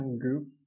group